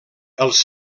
els